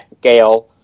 Gale